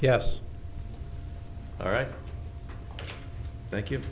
yes all right thank you